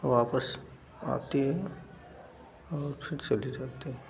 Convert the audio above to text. और वापस आती है और फिर चली जाती है